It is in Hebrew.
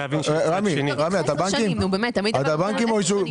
באת מוועדת חורה?